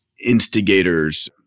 instigators